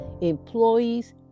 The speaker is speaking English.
Employees